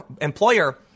employer